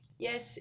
Yes